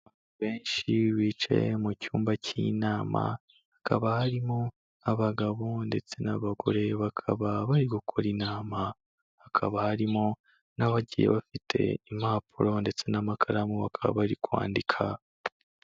Benshi bicaye mu cyumba cy'inama hakaba harimo abagabo ndetse n'abagore, bakaba bari gukora inama, hakaba harimo n'abagiye bafite impapuro ndetse n'amakaramu bakaba bari kwandika.